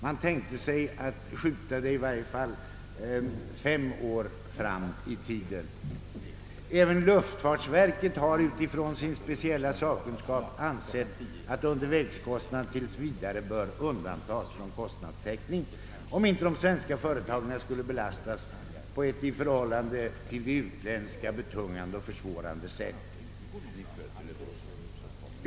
Man tänkte sig uppskjuta avgörandet i varje fall fem år framåt i tiden. Även luftfartsverket har utifrån sin speciella sakkunskap ansett, att undervägskostnader tills vidare bör undantas från kostnadstäckning för att inte de svenska företagen skulle belastas på ett i förhållande till de utländska betungande och försvårande sätt.